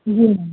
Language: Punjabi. ਜੀ ਮੈਮ